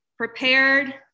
Prepared